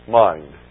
mind